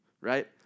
right